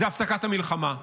הפסקת המלחמה.